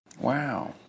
Wow